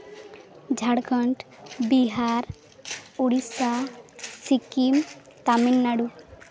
Jharkhand Bihar Odisha Sikkim Tamil Nadu